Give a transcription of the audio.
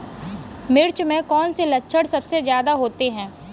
मिर्च में कौन से लक्षण सबसे ज्यादा होते हैं?